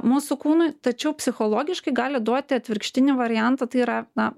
mūsų kūnui tačiau psichologiškai gali duoti atvirkštinį variantą tai yra na